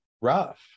rough